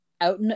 out